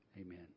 Amen